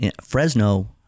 Fresno